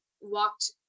walked